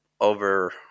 over –